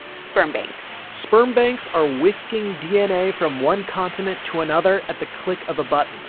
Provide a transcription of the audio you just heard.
sperm banks sperm banks are whisking dna from one continent to another at the click of a button.